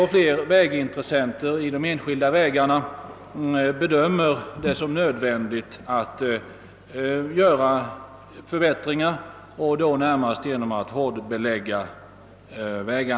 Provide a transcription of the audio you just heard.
Allt flera intressenter i de enskilda vägarna bedömer det nu som nödvändigt att göra förbättringar, närmast då att hårdbelägga vägbanan.